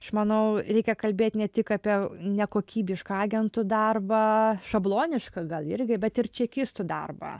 aš manau reikia kalbėt ne tik apie nekokybišką agentų darbą šablonišką gal irgi bet ir čekistų darbą